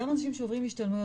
גם אנשים שעוברים השתלמויות,